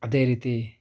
ಅದೇ ರೀತಿ